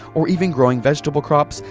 or even growing vegetable crops,